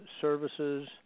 services